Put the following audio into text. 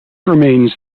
remains